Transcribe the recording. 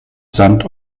sand